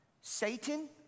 Satan